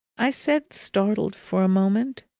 i said, startled for a moment.